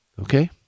okay